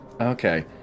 Okay